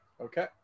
Okay